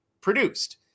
produced